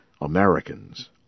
Americans